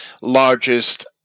largest